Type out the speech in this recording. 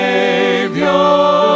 Savior